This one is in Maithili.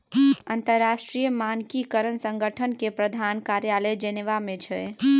अंतरराष्ट्रीय मानकीकरण संगठन केर प्रधान कार्यालय जेनेवा मे छै